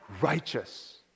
righteous